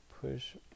push